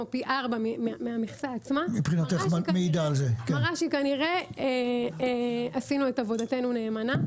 פי 4 מהמכסה עצמה מראה שכנראה עשינו את עבודתנו נאמנה.